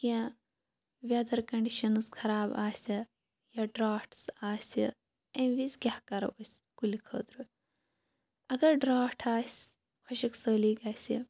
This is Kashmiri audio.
کینٛہہ ویدَر کَنڈِشَنز خَراب آسہِ یا ڈراٹس آسہِ امہ وِزِ کیاہ کَرَو أسۍ کُلہِ خٲطرٕ اگر ڈراٹھ آسہ خۄشک سٲلی گَژھِ